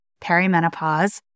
perimenopause